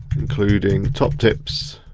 including top tips